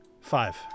Five